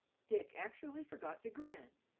dick actually forgot to grin.